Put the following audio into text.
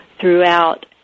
throughout